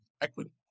equity